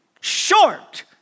short